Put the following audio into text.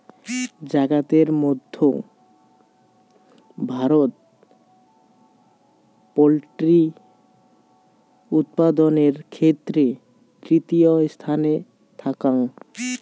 জাগাতের মধ্যে ভারত পোল্ট্রি উৎপাদানের ক্ষেত্রে তৃতীয় স্থানে থাকাং